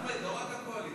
אחמד, לא רק הקואליציה.